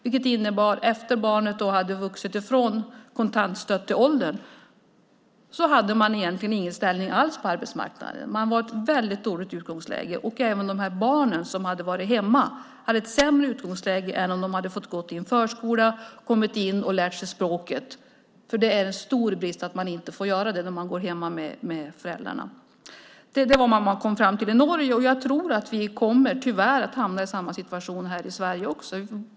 Det innebar att de, när barnet hade vuxit ifrån kontantstøtte åldern, egentligen inte hade någon ställning alls på arbetsmarknaden. De hade ett väldigt dåligt utgångsläge. Även de barn som hade varit hemma hade ett sämre utgångsläge än de hade haft om de hade fått gå i en förskola, fått komma in och lära sig språket. Det är en stor brist att de inte får göra det när de går hemma med föräldrarna. Det var vad man kom fram till i Norge. Jag tror tyvärr att vi kommer att hamna i samma situation här i Sverige.